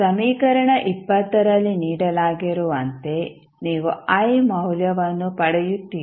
ಸಮೀಕರಣ ರಲ್ಲಿ ನೀಡಲಾಗಿರುವಂತೆ ನೀವು i ಮೌಲ್ಯವನ್ನು ಪಡೆಯುತ್ತೀರಿ